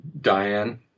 Diane